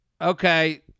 Okay